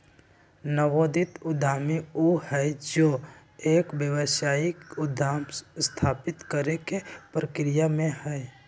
नवोदित उद्यमी ऊ हई जो एक व्यावसायिक उद्यम स्थापित करे के प्रक्रिया में हई